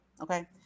Okay